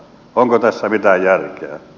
onko tässä mitään järkeä